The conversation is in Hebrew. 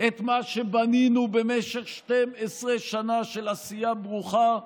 את מה שבנינו במשך 12 שנה של עשייה ברוכה.